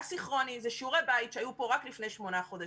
אסינכרוני זה שיעורי בית שהיו פה רק לפני שמונה חודשים.